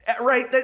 right